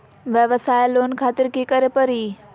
वयवसाय लोन खातिर की करे परी?